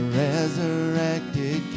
resurrected